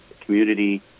community